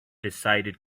decided